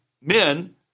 men